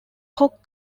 hoc